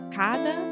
cada